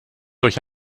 durch